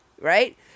right